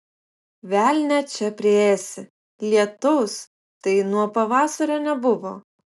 velnią čia priėsi lietaus tai nuo pavasario nebuvo